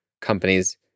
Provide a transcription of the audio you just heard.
companies